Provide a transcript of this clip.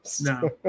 No